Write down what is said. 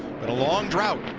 the long drought.